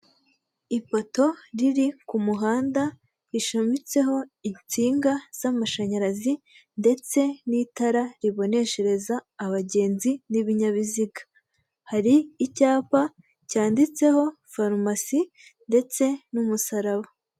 Ipoto riri ku muhanda, rishamitseho insinga z'amashanyarazi ndetse n'itara riboneshereza abagenzi n'ibinyabiziga. Hari icyapa cyanditseho Farumasi ndetse n'umusaraba.